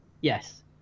Yes